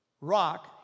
rock